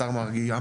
השר מרגי,